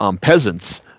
peasants